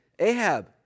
Ahab